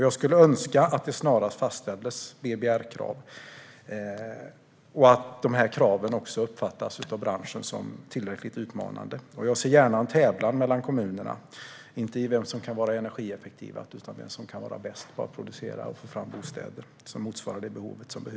Jag skulle önska att det snarast fastställdes BBR-krav och att de kraven uppfattas av branschen som tillräckligt utmanande. Jag ser gärna en tävlan mellan kommunerna, inte i vem som kan vara mest energieffektiv utan i vem som kan vara bäst på att producera och få fram bostäder som motsvarar det behov som finns.